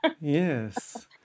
Yes